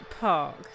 Park